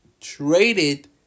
traded